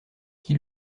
qui